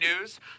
News